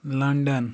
London